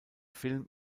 film